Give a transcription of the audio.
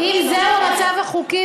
אם זה המצב החוקי,